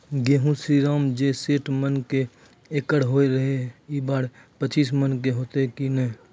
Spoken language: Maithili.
गेहूँ श्रीराम जे सैठ मन के एकरऽ होय रहे ई बार पचीस मन के होते कि नेय?